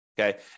Okay